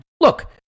look